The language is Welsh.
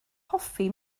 hoffi